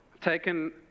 Taken